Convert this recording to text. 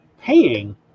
paying